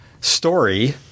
story